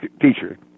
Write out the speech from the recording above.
teacher